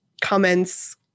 comments